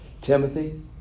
Timothy